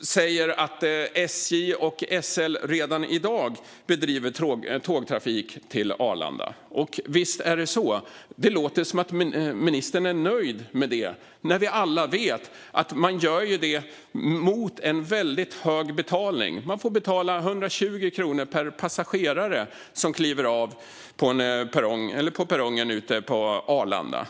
säger att SJ och SL redan i dag bedriver tågtrafik till Arlanda, och visst är det så. Det låter som att ministern är nöjd med det, när vi alla vet att man gör det mot en väldigt hög betalning. Varje passagerare som kliver av på perrongen ute på Arlanda får betala 120 kronor.